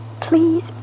please